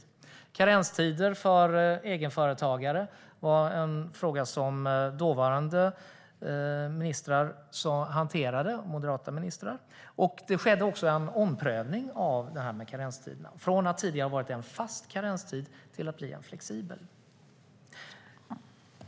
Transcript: Frågan om karenstider för egenföretagare hanterades av dåvarande ministrar - moderata ministrar. Det skedde också en omprövning av karenstiden, från att tidigare ha varit en fast karenstid till att bli en flexibel.